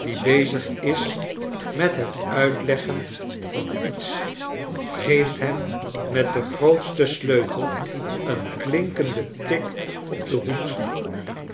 die bezig is met het uitleggen van iets geeft hem met den grootsten sleutel een klinkenden tik op den hoed